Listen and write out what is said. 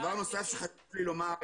לומר,